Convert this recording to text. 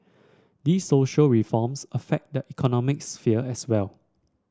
these social reforms affect the economic sphere as well